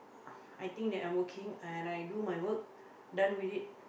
I think that I'm working and I do my work done with it